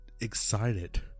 excited